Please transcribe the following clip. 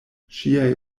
ŝiaj